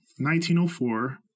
1904